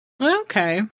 Okay